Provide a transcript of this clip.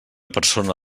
persona